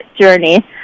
journey